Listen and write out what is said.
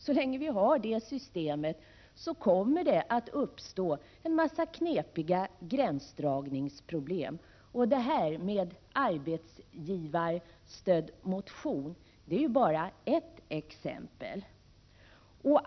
Så länge vi har det systemet kommer det att uppstå en massa knepiga gränsdragningsproblem, och det här med arbetsgivarstödd motion är bara ett exempel.